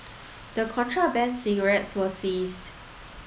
the contraband cigarettes were seized